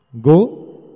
Go